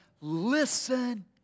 Listen